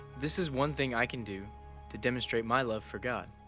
this is one thing i can do to demonstrate my love for god.